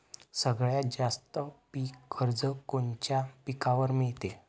सगळ्यात जास्त पीक कर्ज कोनच्या पिकावर मिळते?